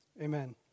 amen